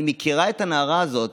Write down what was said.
אני מכירה את הנערה הזאת,